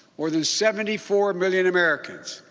more than seventy four million americans,